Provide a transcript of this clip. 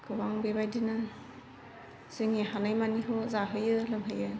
गोबां बेबायदिनो जोंनि हानायमानिखौ जाहोयो लोंहोयो